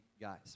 guys